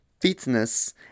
fitness